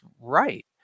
right